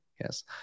yes